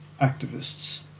activists